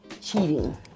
cheating